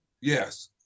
Yes